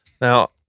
Now